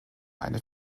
eine